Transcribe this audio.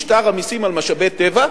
משטר המסים על משאבי טבע,